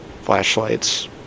flashlights